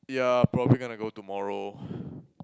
ya probably gonna go tomorrow